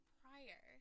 prior